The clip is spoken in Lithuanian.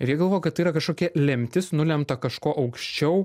ir jie galvoja kad tai yra kažkokia lemtis nulemta kažko aukščiau